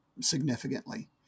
significantly